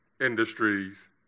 industries